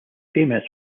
famous